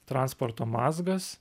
transporto mazgas